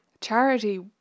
charity